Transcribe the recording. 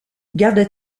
garda